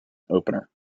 opener